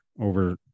over